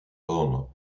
horn